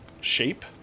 shape